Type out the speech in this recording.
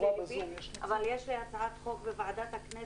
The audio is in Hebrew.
ללבי אבל יש לי הצעת חוק בוועדת הכנסת,